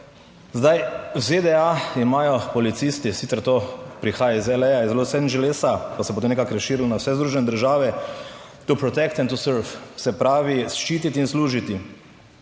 Zdaj, v ZDA imajo policisti, sicer to prihaja iz LA, iz Los Angelesa, pa se je potem nekako razširilo na vse Združene države, "to protect and to serve", se pravi ščititi in služiti.